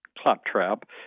Claptrap